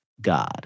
god